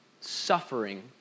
suffering